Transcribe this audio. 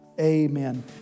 amen